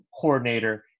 coordinator